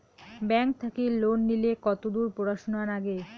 Bank থাকি loan নিলে কতদূর পড়াশুনা নাগে?